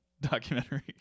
documentary